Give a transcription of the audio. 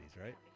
right